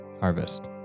harvest